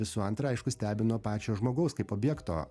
visų antra aišku stebino pačio žmogaus kaip objekto